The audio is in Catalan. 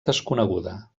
desconeguda